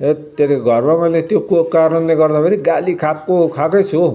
धेत्तेरिका घरमा मैले त्यसको कारणले गर्दाखेरि गाली खाएको खाएकै छु हो